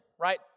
right